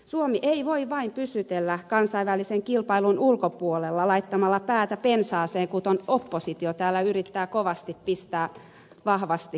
suomi ei voi vain pysytellä kansainvälisen kilpailun ulkopuolella laittamalla päätä pensaaseen kuten oppositio täällä yrittää kovasti pistää vahvasti